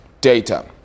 data